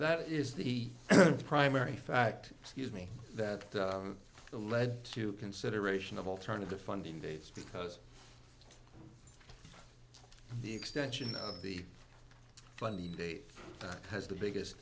that is the primary fact scuse me that the lead to consideration of alternative funding dates because the extension of the funding date has the biggest